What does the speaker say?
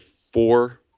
four